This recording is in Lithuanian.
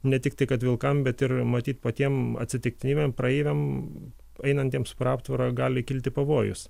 ne tiktai kad vilkam bet ir matyt patiem atsitiktiniam praeiviam einantiems pro aptvarą gali kilti pavojus